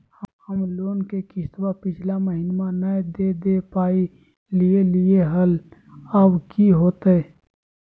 हम लोन के किस्तवा पिछला महिनवा नई दे दे पई लिए लिए हल, अब की होतई?